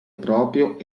proprio